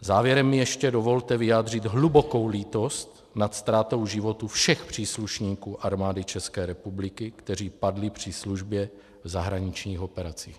Závěrem mi ještě dovolte vyjádřit hlubokou lítost nad ztrátou životů všech příslušníků Armády České republiky, kteří padli při službě v zahraničních operacích.